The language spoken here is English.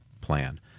plan